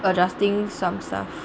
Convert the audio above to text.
adjusting some stuff